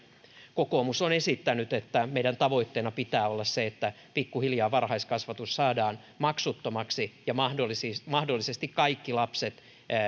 kokoomus on esittänyt että meidän tavoitteenamme pitää olla se että pikkuhiljaa varhaiskasvatus saadaan maksuttomaksi ja mahdollisesti kaikki lapset